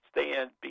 stand